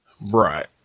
Right